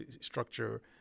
structure